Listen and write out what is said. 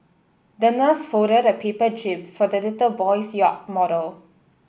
the nurse folded a paper jib for the little boy's yacht model